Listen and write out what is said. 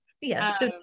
Yes